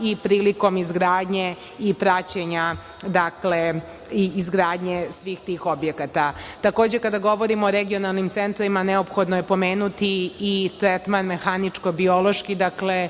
i prilikom izgradnje i praćenja, dakle, izgradnje svih tih objekata. Takođe, kada govorimo o regionalnim centrima neophodno je pomenuti i tretman mehaničko-biološki, dakle,